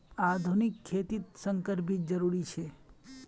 आधुनिक खेतित संकर बीज जरुरी छे